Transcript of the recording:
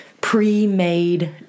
pre-made